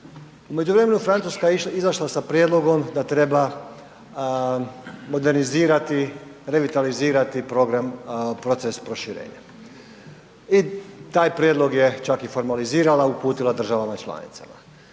U međuvremenu, Francuska je izašla sa prijedlogom da treba modernizirati, revitalizirati program proces proširenja i taj prijedlog je čak i formalizirala, uputila državama članicama.